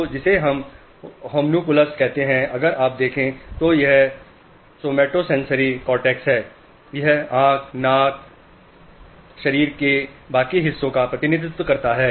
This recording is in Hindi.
तो जिसे हम homunculus कहते हैं अगर आप देखें तो यह सोमैटोसेंसरी कोर्टेक्स है यह आंख नाक शरीर के बाकी हिस्सों का प्रतिनिधित्व करता है